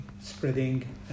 spreading